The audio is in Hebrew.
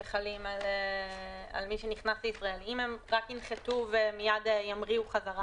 שחלים על מי שנכנס לישראל אם הם רק ינחתו ומייד ימריאו חזרה.